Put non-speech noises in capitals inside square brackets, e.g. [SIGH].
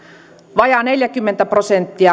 vajaa neljäkymmentä prosenttia [UNINTELLIGIBLE]